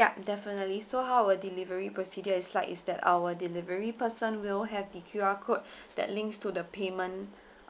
ya definitely so how our delivery procedure is like is that our delivery person will have the Q_R code that links to the payment